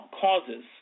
causes